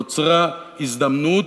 נוצרה הזדמנות,